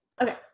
Okay